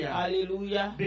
hallelujah